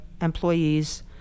employees